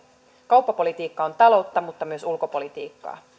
kauppapolitiikka on taloutta mutta myös ulkopolitiikkaa